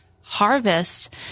harvest